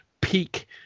peak